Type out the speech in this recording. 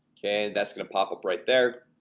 okay, and that's gonna pop up right there